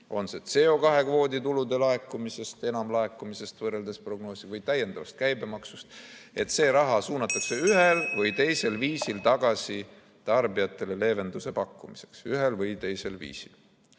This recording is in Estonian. on see CO2kvoodi tulude laekumisest, enamlaekumisest võrreldes prognoosiga või täiendavast käibemaksust –, suunatakse ühel või teisel viisil tagasi tarbijatele leevenduse pakkumiseks. Ühel või teisel viisil.